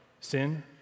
sin